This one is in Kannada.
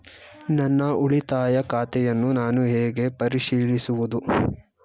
ನನ್ನ ಉಳಿತಾಯ ಖಾತೆಯನ್ನು ನಾನು ಹೇಗೆ ಪರಿಶೀಲಿಸುವುದು?